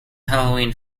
halloween